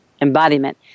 embodiment